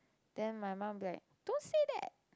then my mum will be like don't say that